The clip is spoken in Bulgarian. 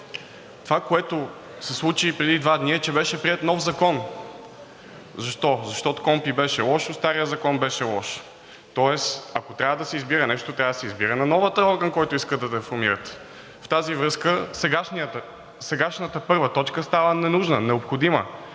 Това, което се случи преди два дни, е, че беше приет нов закон. Защо? Защото КПКОНПИ беше лоша, старият закон беше лош, тоест, ако трябва да се избира нещо, трябва да се избира по новия закон, който искате да реформирате. В тази връзка сегашната т. 1 става ненужна, не е необходима.